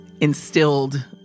instilled